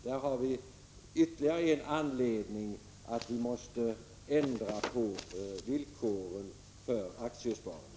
Det är ytterligare en anledning till att vi måste ändra på villkoren för aktiesparandet.